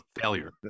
failure